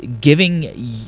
giving